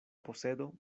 posedo